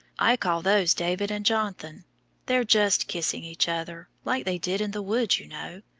i call those david and jon'than they're just kissing each other, like they did in the wood, you know.